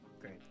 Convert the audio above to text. great